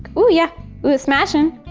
oh, yeah, oh it's smashing.